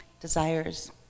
desires